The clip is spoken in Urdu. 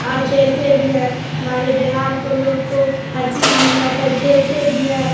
اور کھیلتے بھی ہیں ہمارے بہار کو لوگ کو ہر چیز میں ہمت ہے کھیلتے بھی ہیں